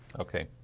okay.